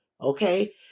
okay